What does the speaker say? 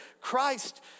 Christ